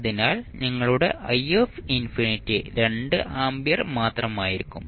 അതിനാൽ നിങ്ങളുടെ i∞ 2 ampere മാത്രമായിരിക്കും